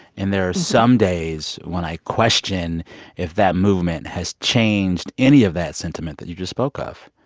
and there are some days when i question if that movement has changed any of that sentiment that you just spoke of.